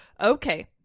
okay